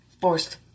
forced